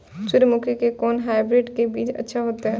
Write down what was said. सूर्यमुखी के कोन हाइब्रिड के बीज अच्छा होते?